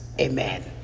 Amen